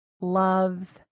loves